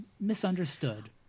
misunderstood